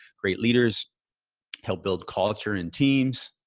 great leaders help build culture and teams.